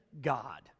God